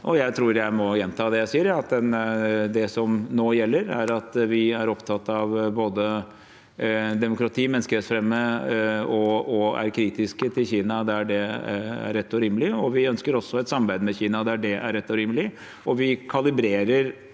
Jeg tror jeg må gjenta det jeg sier, at det som nå gjelder, er at vi er opptatt av både demokrati og menneskerettighetene og er kritiske til Kina der det er rett og rimelig. Vi ønsker også et samarbeid med Kina der det er rett og rimelig.